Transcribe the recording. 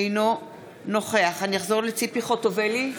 אינו נוכח ציפי חוטובלי,